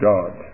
God